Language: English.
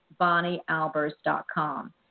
bonniealbers.com